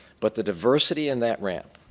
but the diversity in that ramp,